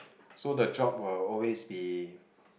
so the job will always be